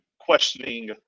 questioning –